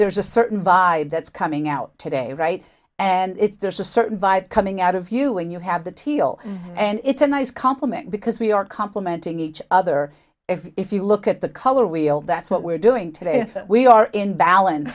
there's a certain vibe that's coming out today right and it's there's a certain vibe coming out of you when you have the teal and it's a nice compliment because we are complementing each other if you look at the color wheel that's what we're doing today we are in balance